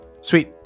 Sweet